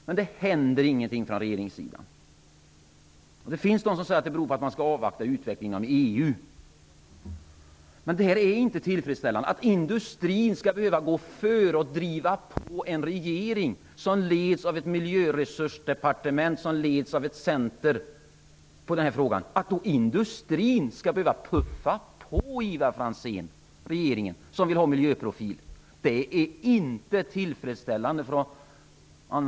Men ingenting händer från regeringens sida. Det finns pesoner som säger att det beror på att man vill avvakta utvecklingen av EU. Men det är inte tillfredsställande att industrin skall behöva gå före och driva på en regering, som leds av ett miljöresursdepartement, vilket i sin tur leds av ett centerstatsråd. Att industrin måste puffa på regeringen, Ivar Franzén, är inte tillfredsställande.